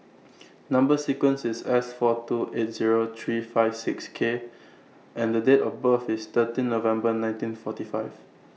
Number sequence IS S four two eight Zero three five six K and The Date of birth IS thirteen November nineteen forty five